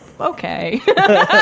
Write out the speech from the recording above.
okay